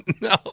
No